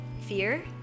fear